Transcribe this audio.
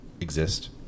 exist